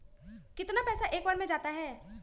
कितना पैसा एक बार में जाता है?